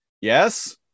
Yes